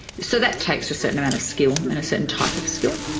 so that takes a certain amount of skill and a certain type of skill.